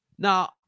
Now